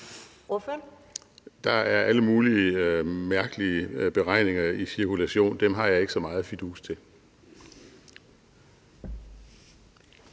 Der er alle mulige mærkelige beregninger i cirkulation. Dem har jeg ikke så meget fidus til.